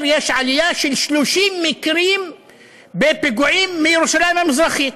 יש עלייה של 30 מקרים בפיגועים מירושלים המזרחית.